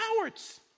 cowards